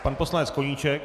Pan poslanec Koníček.